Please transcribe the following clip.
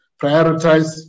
prioritize